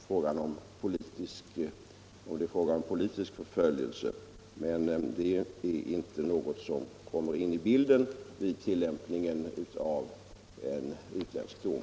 Frågan om politisk förföljelse är inte något som kommer in i bilden vid tillämpning av en utländsk dom.